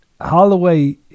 Holloway